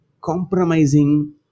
compromising